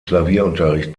klavierunterricht